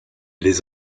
les